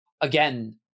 again